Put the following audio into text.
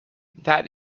that